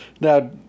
Now